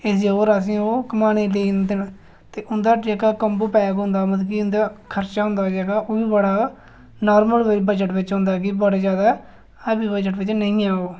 ते इस जगह् पर ओह् असेंगी घुमाने पर लेई जंदे न ते उं'दा जेह्का कोम्बो पैक होंदा मतलब कि उं'दा जेह्का खर्चा होंदा ओह्बी बड़ा नॉर्मल बजट बिच होंदा की बड़ा जादै हैवी बजट बिच निं ऐ ओह्